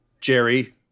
Jerry